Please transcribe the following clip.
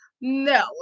no